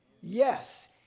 Yes